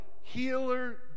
healer